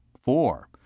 four